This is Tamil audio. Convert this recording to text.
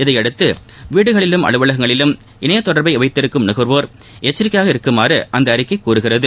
இதனையடுத்து வீடுகளிலும் அலுவலகங்களிலும் இணைய தொடர்பை வைத்திருக்கும் நகர்வோர் எச்சரிக்கையுடன் இருக்குமாறு அந்த அறிக்கை கூறுகிறது